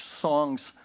songs